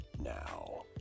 Now